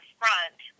front